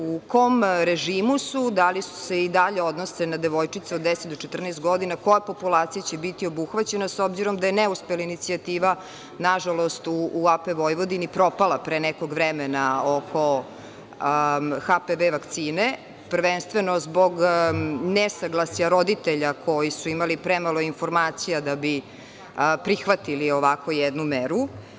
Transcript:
U kom režimu su, da li se i dalje odnose na devojčice od 10 do 14 godina, koja populacija će biti obuhvaćena, s obzirom da je neuspela inicijativa, nažalost, u AP Vojvodini propala pre nekog vremena oko HPV vakcine, prvenstveno zbog nesaglasja roditelja koji su imali premalo informacija da bi prihvatili ovakvu jednu meru?